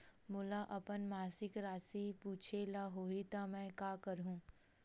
मोला अपन मासिक राशि पूछे ल होही त मैं का करहु?